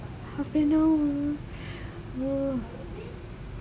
half an hour oo